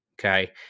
okay